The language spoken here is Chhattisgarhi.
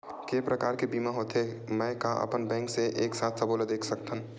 के प्रकार के बीमा होथे मै का अपन बैंक से एक साथ सबो ला देख सकथन?